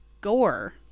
gore